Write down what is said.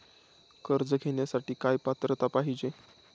कर्ज घेण्यासाठी काय पात्रता पाहिजे?